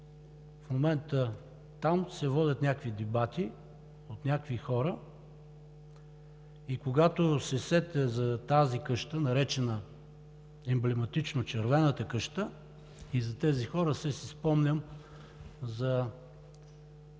В момента там се водят някакви дебати от някакви хора и когато се сетя за тази къща, наречена емблематично „Червената къща“, и за тези хора, все си спомням за